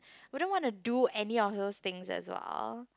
wouldn't want to do any of those things as well